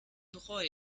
bereue